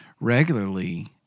regularly